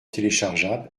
téléchargeable